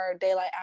daylight